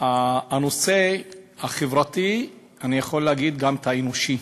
הנושא החברתי הזה, אני יכול להגיד גם האנושי,